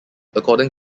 according